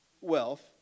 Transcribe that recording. wealth